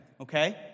Okay